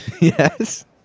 Yes